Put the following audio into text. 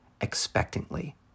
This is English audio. expectantly